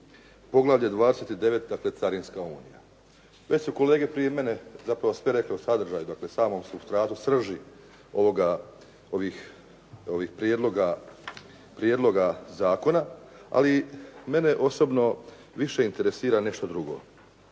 Poglavlje 29 – Carinska unija. Već su kolege prije mene zapravo sve rekli o sadržaju, dakle samom supstratu srži ovih prijedloga zakona, ali mene osobno više interesira nešto drugo.